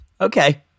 Okay